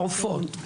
עופות,